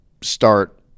start